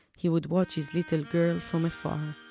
he would watch his little girl from afar,